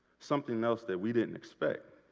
something else that we didn't expect.